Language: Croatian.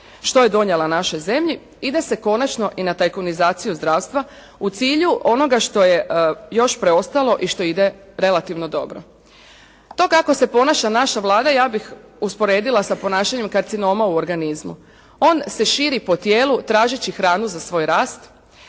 što je donijela našoj zemlji, ide se konačno i na tajkunizaciju zdravstva u cilju onoga što je još preostalo i što ide relativno dobro. To kao se ponaša naša Vlada, ja bih usporedila sa karcinoma u organizmu, on se širi po tijelu tražeći nove organe,